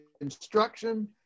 instruction